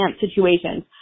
situations